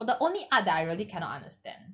the only art that I really cannot understand